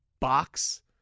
box